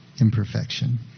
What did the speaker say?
imperfection